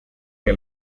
que